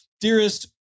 Dearest